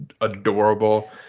adorable